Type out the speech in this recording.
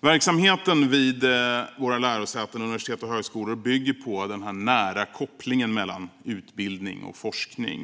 Verksamheten vid våra lärosäten, universitet och högskolor bygger på den nära kopplingen mellan utbildning och forskning.